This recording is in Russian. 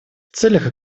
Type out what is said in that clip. целях